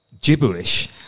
gibberish